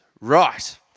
Right